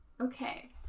okay